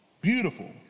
beautiful